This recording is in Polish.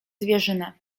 zwierzynę